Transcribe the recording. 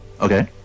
Okay